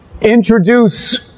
introduce